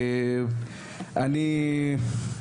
זהו.